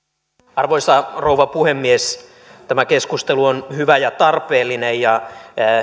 arvoisa rouva puhemies tämä keskustelu on hyvä ja tarpeellinen ja